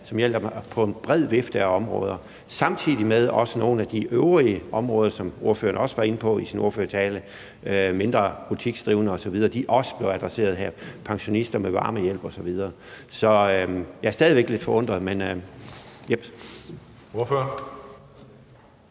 virkede bredt på en bred vifte af områder – samtidig med at nogle på de øvrige områder, som ordføreren også var inde på i sin tale, mindre butiksdrivende osv., også blev adresseret her, pensionister med varmehjælp osv. Så jeg er stadig væk lidt forundret. Kl.